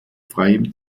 freiem